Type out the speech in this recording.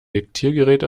diktiergerät